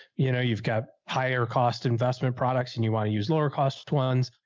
you know you've got higher cost investment products and you want to use lower cost ones.